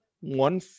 one